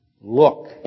Look